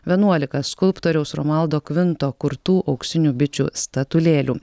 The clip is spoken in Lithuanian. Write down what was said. vienuolika skulptoriaus romualdo kvinto kurtų auksinių bičių statulėlių